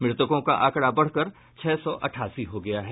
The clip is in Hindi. मृतकों का आंकड़ा बढ़कर छह सौ अठासी हो गया है